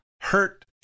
hurt